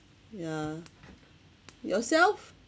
ya yourself